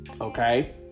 Okay